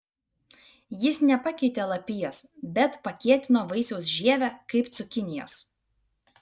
jis nepakeitė lapijos bet pakietino vaisiaus žievę kaip cukinijos